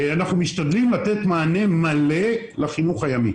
אנחנו משתדלים לתת מענה מלא לחינוך הימי.